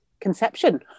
conception